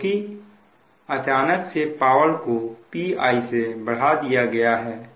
क्योंकि अचानक से पावर को Pi से बढ़ा दिया गया है